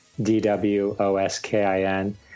D-W-O-S-K-I-N